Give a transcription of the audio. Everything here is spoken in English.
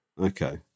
Okay